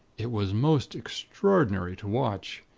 it was most extraordinary to watch.